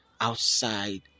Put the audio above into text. outside